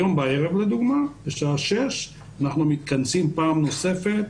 הערב לדוגמה בשעה 18:00 אנחנו מתכנסים פעם נוספת,